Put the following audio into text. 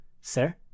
Sir